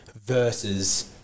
versus